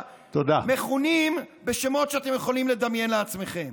מכונים בשמות שאתם יכולים לדמיין לעצמכם.